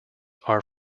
are